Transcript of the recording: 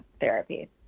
therapy